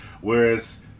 whereas